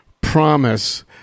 promise